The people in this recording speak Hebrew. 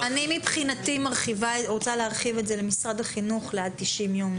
מבחינתי אני רוצה להרחיב את זה למשרד החינוך לעד 90 יום.